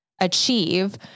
achieve